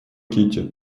кити